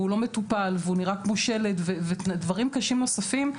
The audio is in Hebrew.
והוא לא מטופל והוא נראה כמו שלד ודברים קשים נוספים,